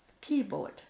keyboard